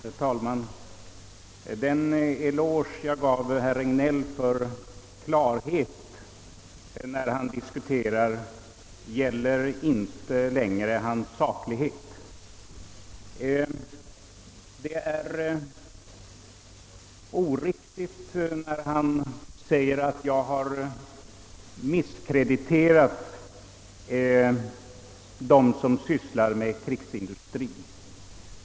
Herr talman! Den eloge jag gav herr Regnéll för klarhet när han diskuterar gäller inte saklighet. Det är oriktigt då herr Regnéll säger att jag har misskrediterat dem som sysslar med krigsindustrien.